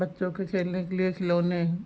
बच्चों के खेलने के लिए खिलौने हैं